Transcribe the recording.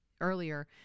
earlier